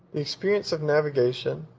experience of navigation,